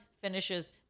Finishes